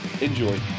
Enjoy